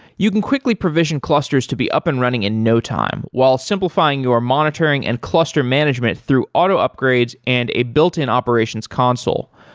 you can quickly provision clusters to be up and running in no time while simplifying your monitoring and cluster management through auto upgrades and a built-in operations console.